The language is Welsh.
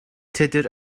tudur